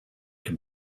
can